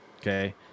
Okay